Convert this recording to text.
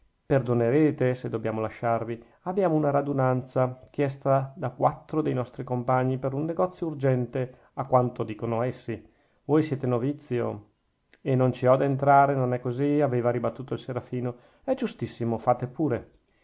perdonerete se dobbiamo lasciarvi abbiamo una radunanza chiesta da quattro dei nostri compagni per un negozio urgente a quanto dicono essi voi siete novizio e non ci ho da entrare non è così aveva ribattuto il serafino è giustissimo fate pure